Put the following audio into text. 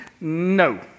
No